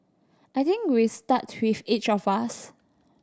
I think we start with each of us